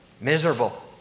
Miserable